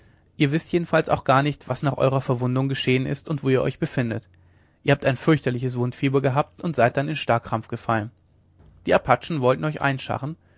ihr wißt jedenfalls auch gar nicht was nach eurer verwundung geschehen ist und wo ihr euch befindet ihr habt ein fürchterliches wundfieber gehabt und seid dann in starrkrampf gefallen die apachen wollten euch einscharren